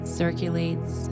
circulates